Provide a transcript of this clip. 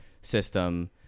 system